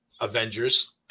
avengers